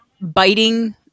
biting